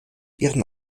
ihren